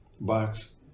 Box